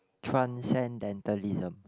transcendentalism